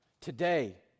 Today